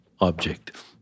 object